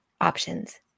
options